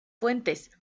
fuentes